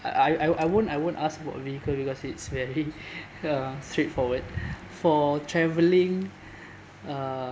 I I won't I won't ask about vehicle because it's very uh straightforward for traveling uh